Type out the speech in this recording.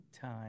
time